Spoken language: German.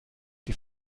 die